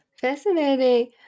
Fascinating